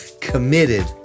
committed